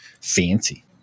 fancy